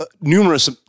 numerous